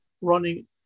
running